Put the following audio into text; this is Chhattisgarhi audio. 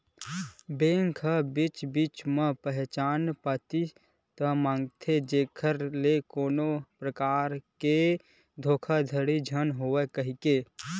बेंक ह बीच बीच म पहचान पती मांगथे जेखर ले कोनो परकार के धोखाघड़ी झन होवय कहिके